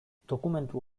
dokumentu